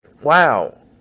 Wow